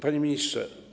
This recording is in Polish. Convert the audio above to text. Panie Ministrze!